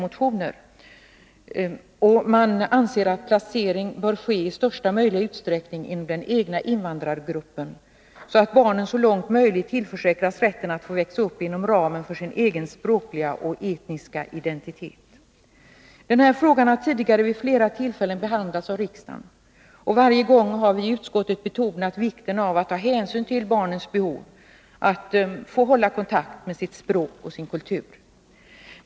Motionärerna anser att placering i största möjliga utsträckning bör ske inom den egna invandrargruppen, så att barn så långt möjligt tillförsäkras rätten att växa upp inom ramen för sin egen språkliga och etniska identitet. Den här frågan har vid flera tillfällen tidigare behandlats av riksdagen. Varje gång har vi i utskottet betonat vikten av att ta hänsyn till barnens behov av att hålla kontakt med sitt språk och sin kultur.